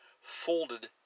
folded